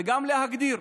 וגם להגדיר.